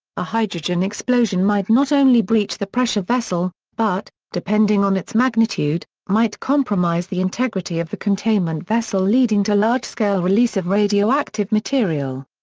a hydrogen explosion might not only breach the pressure vessel, but, depending on its magnitude, might compromise the integrity of the containment vessel leading to large scale release of radioactive material.